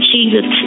Jesus